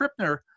Krippner